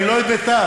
אני לא אוהד "בית"ר".